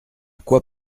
quoi